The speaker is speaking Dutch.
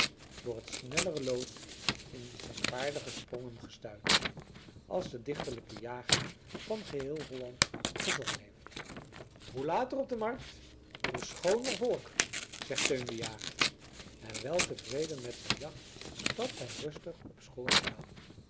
door het snellere lood in zijn vaardige sprongen gestuit als de dichterlijkste jager van geheel holland gezongen heeft hoe later op de markt hoe schooner volk zegt teun de jager en weltevreden met zijn jacht stapt hij rustig op schoorl aan